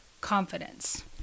confidence